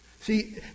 See